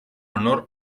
honor